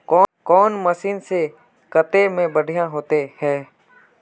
कौन मशीन से कते में बढ़िया होते है?